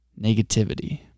Negativity